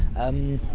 umm.